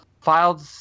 filed